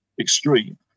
extreme